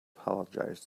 apologized